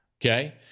Okay